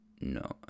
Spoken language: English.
No